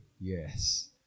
Yes